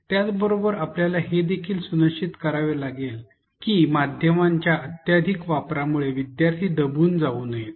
त्याच बरोबर आपल्याला हे देखील सुनिश्चित करावे लागेल की माध्यमांच्या अत्याधिक वापरामुळे विद्यार्थी दबून जाऊ नयेत